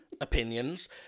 opinions